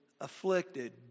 afflicted